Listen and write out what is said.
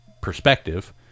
perspective